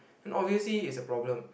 obviously it's a problem